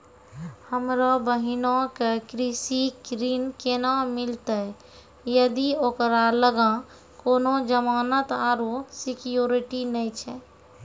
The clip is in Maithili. हमरो बहिनो के कृषि ऋण केना मिलतै जदि ओकरा लगां कोनो जमानत आरु सिक्योरिटी नै छै?